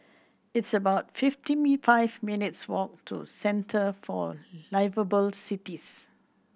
it's about fifty five minutes' walk to Centre for Liveable Cities